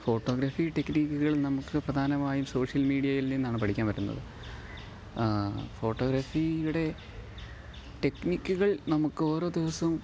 photography ടെക്ക്നിക്കുകള് നമുക്ക് പ്രധാനമായും സോഷ്യല് മീഡിയയില് നിന്നാണ് പഠിക്കാന് പറ്റുന്നത് ഫോട്ടോഗ്രാഫിയുടെ ടെക്ക്നിക്കുകള് നമുക്ക് ഓരോ ദിവസവും